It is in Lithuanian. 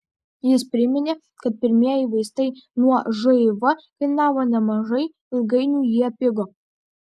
jis priminė kad pirmieji vaistai nuo živ kainavo nemažai ilgainiui jie pigo